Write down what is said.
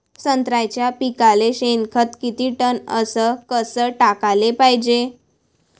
संत्र्याच्या पिकाले शेनखत किती टन अस कस टाकाले पायजे?